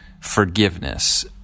forgiveness